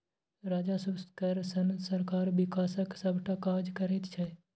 राजस्व कर सँ सरकार बिकासक सभटा काज करैत छै